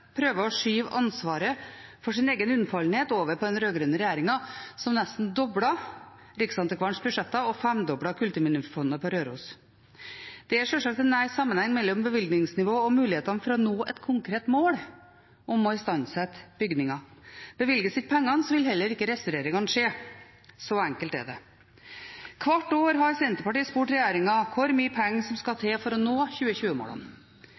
å skyve ansvaret for sin egen unnfallenhet over på den rød-grønne regjeringen, som nesten doblet Riksantikvarens budsjetter og femdoblet det for Kulturminnefondet på Røros. Det er sjølsagt en nær sammenheng mellom bevilgningsnivå og muligheten for å nå et konkret mål om å istandsette bygninger. Bevilges ikke pengene, vil heller ikke restaureringen skje – så enkelt er det. Hvert år har Senterpartiet spurt regjeringen om hvor mye penger som skal til for å nå